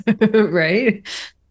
Right